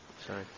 Sorry